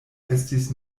estis